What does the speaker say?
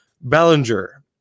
bellinger